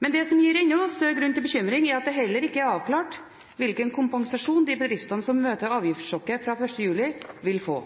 Men det som gir enda større grunn til bekymring, er at det heller ikke er avklart hvilken kompensasjon de bedriftene som møter avgiftssjokket fra 1. juli, vil få.